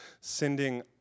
sending